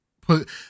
Put